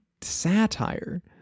satire